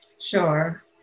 Sure